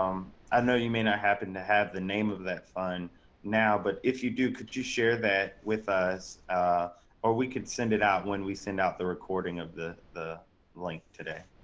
um i know you may not happen to have the name of that fun now. but if you do, could you share that with us or we could send it out when we send out the recording of the the link today.